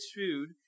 food